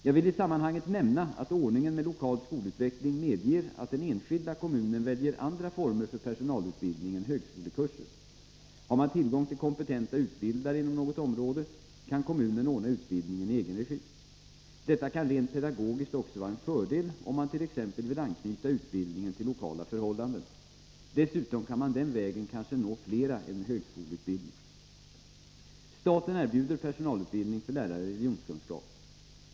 Jag vill i sammanhanget nämna att ordningen med lokal skolutveckling medger att den enskilda kommunen väljer andra former för personalutbildning än högskolekurser. Har man tillgång till kompetenta utbildare inom något område kan kommunen ordna utbildningen i egen regi. Detta kan rent pedagogiskt också vara en fördel, om man t.ex. vill anknyta utbildningen till lokala förhållanden. Dessutom kan man den vägen kanske nå flera än med högskoleutbildning. Staten erbjuder personalutbildning för lärare i religionskunskap.